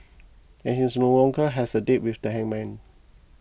and he's no longer has a date with the hangman